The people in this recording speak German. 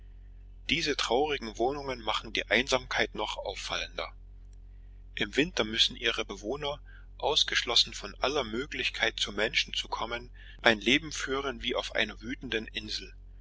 diese traurigen wohnungen machen die einsamkeit noch auffallender im winter müssen ihre bewohner ausgeschlossen von aller möglichkeit zu menschen zu kommen ein leben führen wie auf einer wütenden insel